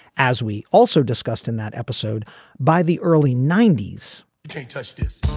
as we also discussed in that episode by the early ninety s justice